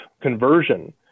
conversion